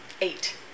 Eight